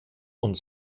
und